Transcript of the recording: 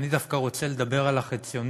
אני דווקא רוצה לדבר על החציוני,